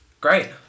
great